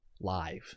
live